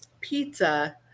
pizza